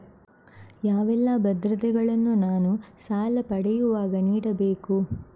ಯಾವೆಲ್ಲ ಭದ್ರತೆಗಳನ್ನು ನಾನು ಸಾಲ ಪಡೆಯುವಾಗ ನೀಡಬೇಕು?